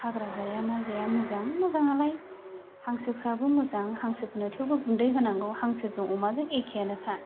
हाग्रा जाया मा जाया मोजां मोजां नालाय हांसोफोराबो मोजां हांसोफोरनो थेवबो गुन्दै होनांगौ हांसोजों अमाजों एखेयानो खा